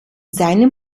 seinem